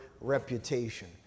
reputation